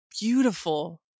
beautiful